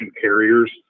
carriers